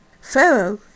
Pharaoh